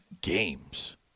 games